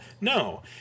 No